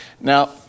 Now